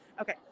Okay